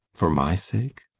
for my sake?